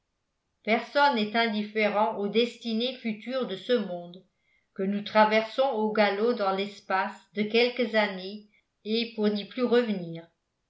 personne n'est indifférent aux destinées futures de ce monde que nous traversons au galop dans l'espace de quelques années et pour n'y plus revenir